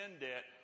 debt